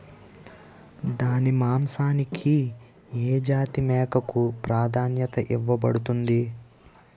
దాని మాంసానికి ఏ జాతి మేకకు ప్రాధాన్యత ఇవ్వబడుతుంది?